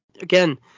again